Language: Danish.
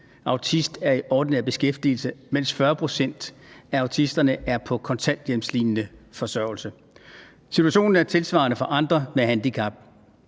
autist er i ordinær beskæftigelse, mens omkring 40 pct. af autisterne er på kontanthjælpslignende forsørgelse. Situationen er tilsvarende for andre med handicap.